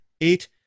eight